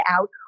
out